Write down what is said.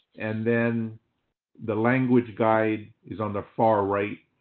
and then the language guide is on the far right,